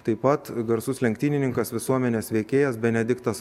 taip pat garsus lenktynininkas visuomenės veikėjas benediktas